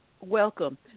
Welcome